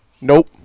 Nope